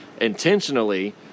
intentionally